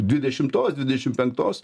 dvidešimtos dvidešimt penktos